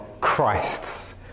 Christ's